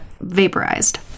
vaporized